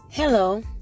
Hello